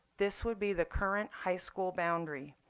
this would be the current high school boundary.